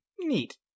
Neat